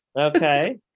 Okay